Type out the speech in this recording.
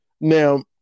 Now